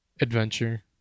adventure